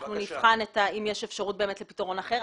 אנחנו נבחן אם יש אפשרות לפתרון אחר.